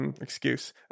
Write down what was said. excuse